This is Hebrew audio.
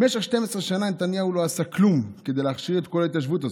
במשך 12 שנה נתניהו לא עשה כלום כדי להכשיר את כל ההתיישבות הזאת"